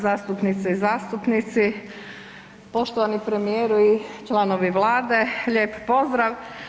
Zastupnice i zastupnici, poštovani premijeru i članovi Vlade, lijep pozdrav.